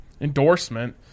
endorsement